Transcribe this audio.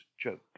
joke